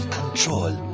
control